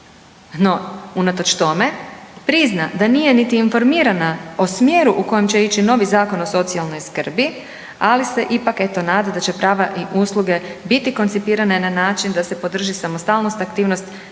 No, unatoč tome prizna da nije niti informirana o smjeru u kojem će ići novi Zakon o socijalnoj skrbi, ali se ipak, evo, nada, da će prava i usluge biti koncipirane na način da se podrži samostalnost, aktivnost,